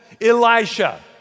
Elisha